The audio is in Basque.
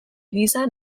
gisa